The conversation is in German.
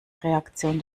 reaktion